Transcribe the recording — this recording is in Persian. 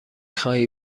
خواهی